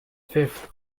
fifth